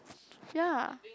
ya